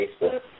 Facebook